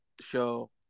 show